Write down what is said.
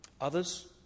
Others